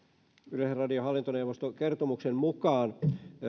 yleisradion hallintoneuvoston kertomuksen mukaan